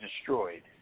destroyed